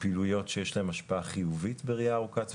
פעילויות שיש להן השפעה חיובית בראייה ארוכת טווח,